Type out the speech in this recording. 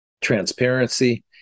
transparency